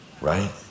right